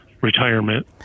retirement